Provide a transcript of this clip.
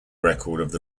record